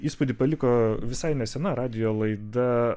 įspūdį paliko visai nesena radijo laida